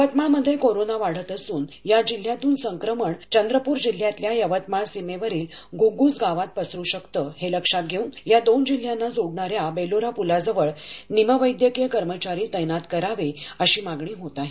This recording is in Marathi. यवतमाळ मध्ये कोरोना वाढत असून या जिल्ह्यातून संक्रमण चंद्रपुर जिल्ह्यातल्या यवतमाळ सीमेवरील घुग्गुस गावात पसरू शकतं हे लक्षात घेऊन दोन जिल्ह्याना जोडणाऱ्या बेलोरा पुलाजवळ निमवैद्यकीय कर्मचारी तैनात करावे अशी मागणी होत आहे